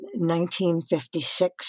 1956